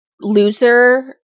loser